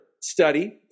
study